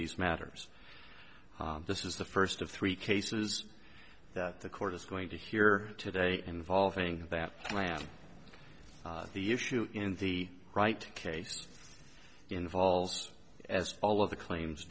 these matters this is the first of three cases that the court is going to hear today involving that plan the issue in the right case involves as all of the claims